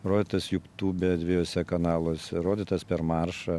rodytas youtube dviejuose kanaluose rodytas per maršą